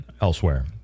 elsewhere